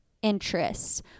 interests